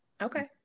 Okay